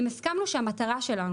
אם הסכמנו שהמטרה שלנו,